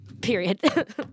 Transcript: Period